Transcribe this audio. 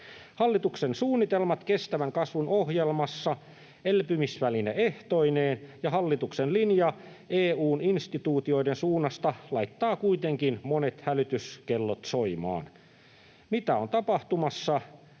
Hallituksen suunnitelmat kestävän kasvun ohjelmassa elpymisväline-ehtoineen ja hallituksen linja EU:n instituutioiden suunnasta laittavat kuitenkin monet hälytyskellot soimaan: Mitä on tapahtumassa?